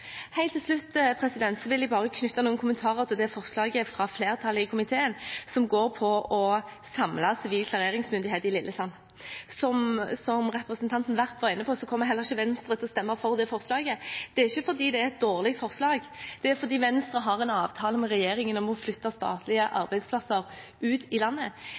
Helt til slutt vil jeg bare knytte noen kommentarer til forslaget fra flertallet i komiteen som går på å samle sivil klareringsmyndighet i Lillesand. Som representanten Werp var inne på, kommer heller ikke Venstre til å stemme for det forslaget. Det er ikke fordi det er et dårlig forslag, det er fordi Venstre har en avtale med regjeringen om å flytte statlige arbeidsplasser ut i landet.